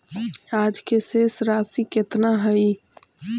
आज के शेष राशि केतना हई?